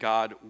God